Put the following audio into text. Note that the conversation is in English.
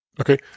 Okay